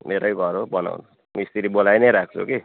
मेरै घर हो बनाउनु मिस्त्री बोलाई नै राख्छु कि